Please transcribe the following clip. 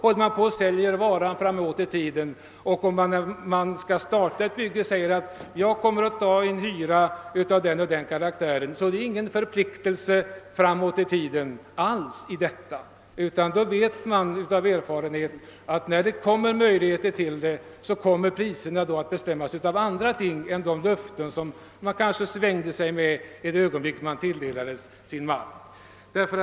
Om man när man startar ett bygge säger att man kommer att begära en hyra som är så och så stor innebär detta ingen förpliktelse med avseende på framtiden. Av erfarenhet vet man att när möjligheter erbjuds kommer priserna att höjas och bestämmas av andra faktorer, och de löften som vederbörande kanske svängde sig med när marken tilldelades gäller inte läng re.